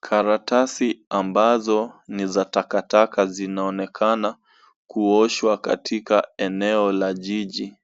Karatasi ambazo ni za takataka zinaonekana kuoshwa katika eneo la jiji.